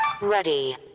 Ready